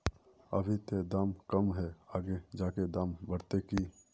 अभी ते दाम कम है आगे जाके दाम बढ़ते की?